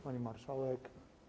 Pani Marszałek!